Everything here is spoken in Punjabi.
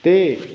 ਅਤੇ